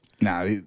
Nah